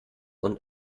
und